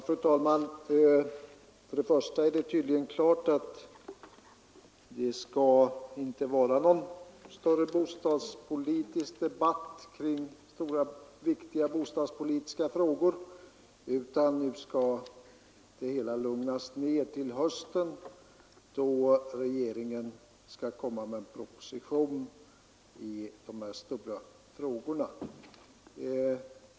Fru talman! Det är tydligen avgjort att det inte skall föras någon större debatt kring viktiga bostadspolitiska frågor, utan att debatten nu skall lugnas ner till hösten, då regeringen tänker lägga fram en proposition i de här stora frågorna.